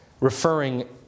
Referring